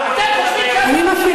אני אדאג,